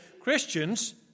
Christians